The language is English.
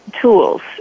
tools